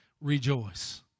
rejoice